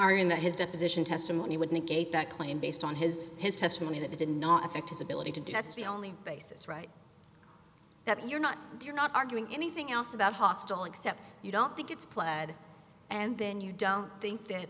r in that his deposition testimony would negate that claim based on his his testimony that it did not affect his ability to do that's the only basis right that you're not you're not arguing anything else about hostile except you don't think it's pled and then you don't think that